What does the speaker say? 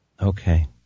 Okay